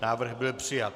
Návrh byl přijat.